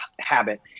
habit